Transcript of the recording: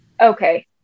okay